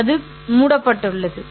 அது மூடப்பட்டுள்ளது சரி